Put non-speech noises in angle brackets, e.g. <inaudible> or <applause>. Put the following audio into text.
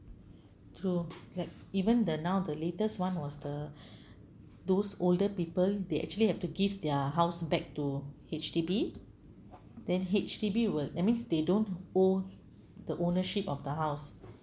to like even the now the latest one was the <breath> those older people they actually have to give their house back to H_D_B then H_D_B will that means they don't owe the ownership of the house